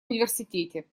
университете